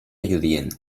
lludient